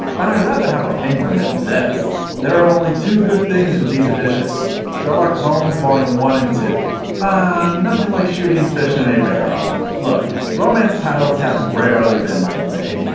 but i rather have a penguin than this. there are only two good things with these editions sherlock holmes vol. yeah one and two. ah nothing like shooting fish in a barrel. look romance titles have rarely been my thing,